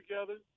together